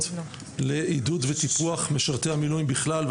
לעידוד וטיפוח משרתי המילואים בכלל,